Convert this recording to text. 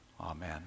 Amen